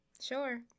Sure